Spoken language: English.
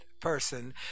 person